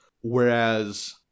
whereas